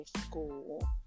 school